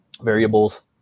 variables